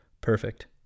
perfect